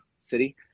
city